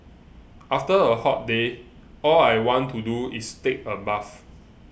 after a hot day all I want to do is take a bath